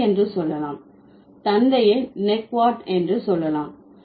தந்தை என்று சொல்லலாம் தந்தையை நெக்வாட் என்று சொல்லலாம்